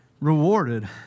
rewarded